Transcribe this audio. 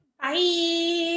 Bye